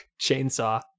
Chainsaw